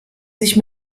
sich